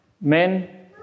men